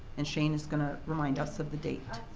and shane is going to remind us of the date.